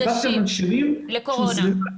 דיברתי על מנשימים --- לקורונה.